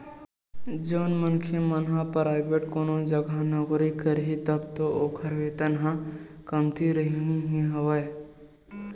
जउन मनखे मन ह पराइवेंट कोनो जघा नौकरी करही तब तो ओखर वेतन ह कमती रहिना ही हवय